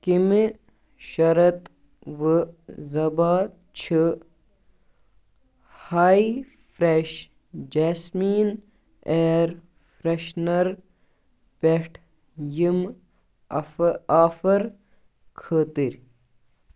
کیٚمہِ شَرط وٕ ضباط چھِ ہاے فرٛٮ۪ش جیسمیٖن اییر فرٮ۪شنَر پٮ۪ٹھ یِم آفر خٲطرٕ